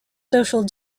social